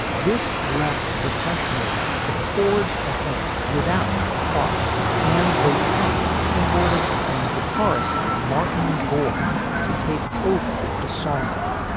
this left depeche mode to forge ahead without clark and they tapped keyboardist and guitarist martin gore to take over the songwriting.